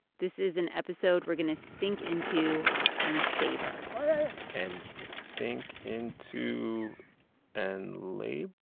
this is an episode we're going to sink into and savor and think into and labor?